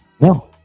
No